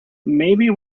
maybe